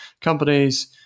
companies